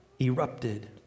erupted